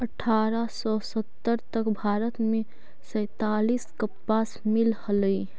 अट्ठारह सौ सत्तर तक भारत में सैंतालीस कपास मिल हलई